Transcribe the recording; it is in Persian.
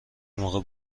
موقع